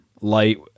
light